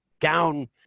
down